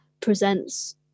presents